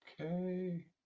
okay